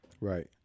Right